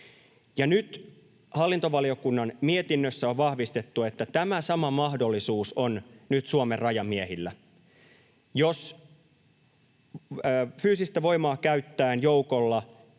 Nyt hallintovaliokunnan mietinnössä on vahvistettu, että tämä sama mahdollisuus on nyt Suomen rajamiehillä. Jos fyysistä voimaa käyttäen joukolla